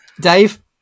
Dave